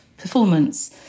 performance